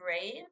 brave